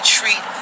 treat